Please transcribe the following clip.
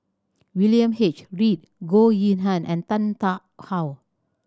William H Read Goh Yihan and Tan Tarn How